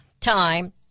time